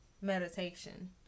meditation